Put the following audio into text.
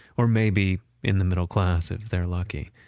or maybe in the middle class if they're lucky.